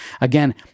again